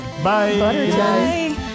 Bye